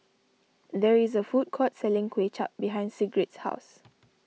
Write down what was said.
there is a food court selling Kuay Chap behind Sigrid's house